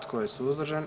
Tko je suzdržan?